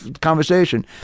conversation